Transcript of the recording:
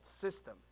system